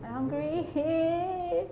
I hungry